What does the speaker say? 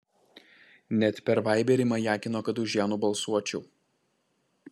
net per vaiberį majakino kad už ją nubalsuočiau